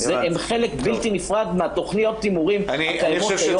הם חלק בלתי נפרד מתכניות הימורים הקיימות היום.